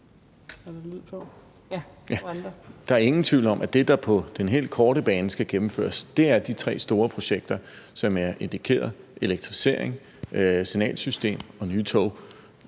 Der er ingen tvivl om, at det, der på den helt korte bane skal gennemføres, er de tre store projekter, som jeg indikerede, altså en elektrificering, et signalsystem og nye tog